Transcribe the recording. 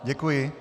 Děkuji.